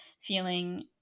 feeling